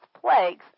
plagues